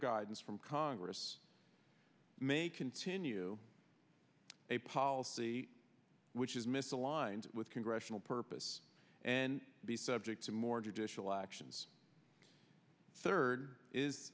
guidance from congress may continue a policy which is misaligned with congressional purpose and be subject to more judicial actions third is